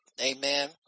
Amen